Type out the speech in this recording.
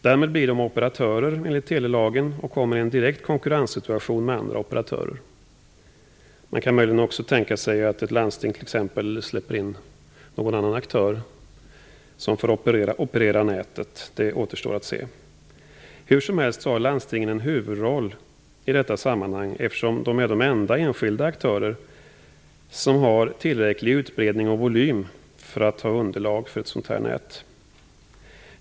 Därmed blir de operatörer enligt telelagen och kommer i en direkt konkurrenssituation med andra operatörer. Man kan också möjligen tänka sig att ett landsting t.ex. släpper in någon annan aktör som får operera nätet. Det återstår att se. Hur som helst har landstingen en huvudroll i detta sammanhang, eftersom de är de enda enskilda aktörer som har tillräcklig utbredning och volym för att ha underlag för ett sådant nät.